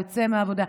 יוצא מהעבודה,